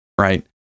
right